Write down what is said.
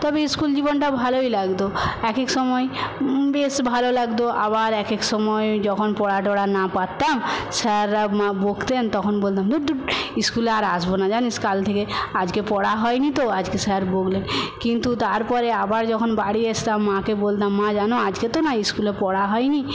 তবে স্কুল জীবনটা ভালোই লাগতো একেক সময় বেশ ভালো লাগতো আবার এক এক সময় যখন পড়া টড়া না পারতাম স্যাররা বকতেন তখন বলতাম দূর দূর স্কুলে আর আসবো না জানিস কাল থেকে আজকে পড়া হয়নি তো আজকে স্যার বকলেন কিন্তু তারপরে আবার যখন বাড়ি আসতাম মাকে বলতাম মা জানো আজকে তো না স্কুলে পড়া হয় নি